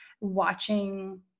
watching